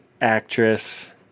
actress